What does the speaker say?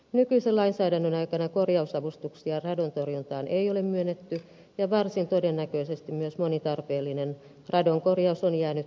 nykyisen lainsäädännön aikana kor jausavustuksia radontorjuntaan ei ole myönnetty ja varsin todennäköisesti myös moni tarpeellinen radonkorjaus on jäänyt tekemättä